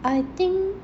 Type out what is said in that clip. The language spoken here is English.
I think